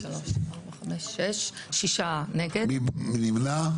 מי נמנע?